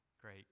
great